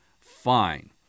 fine